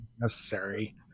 necessary